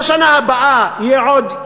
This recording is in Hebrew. בשנה הבאה יהיה עוד,